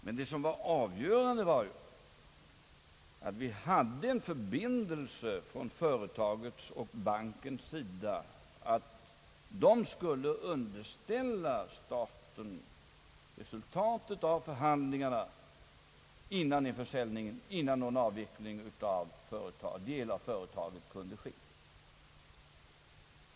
Men det avgörande var att vi hade en förbindelse från bankens och företagets sida, att man skulle underställa staten resultatet av förhandlingarna innan någon avveckling av en del av företaget kunde ske.